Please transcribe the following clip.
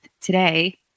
today